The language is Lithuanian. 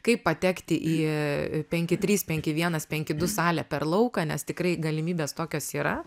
kaip patekti į penki trys penki vienas penki du salę per lauką nes tikrai galimybės tokios yra